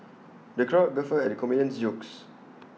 the crowd guffawed at the comedian's jokes